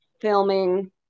filming